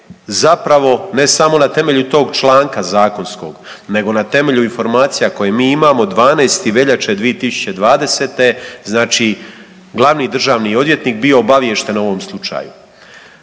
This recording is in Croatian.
zapravo ne samo na temelju tog članka Zakonskog, nego na temelju informacija koje mi imamo, 12.veljače 2020. znači Glavni državni odvjetnik bio obavješten o ovom slučaju.